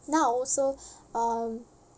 now also um